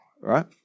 right